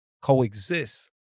coexist